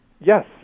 Yes